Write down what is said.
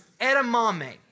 edamame